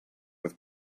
with